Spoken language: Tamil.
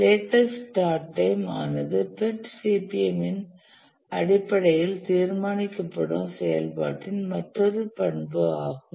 லேட்டஸ்ட் ஸ்டார்ட் டைம் ஆனது PERT CPM இன் அடிப்படையில் தீர்மானிக்கப்படும் செயல்பாட்டின் மற்றொரு பண்பு ஆகும்